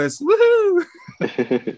Woo-hoo